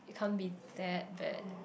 it can't be that bad